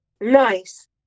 Nice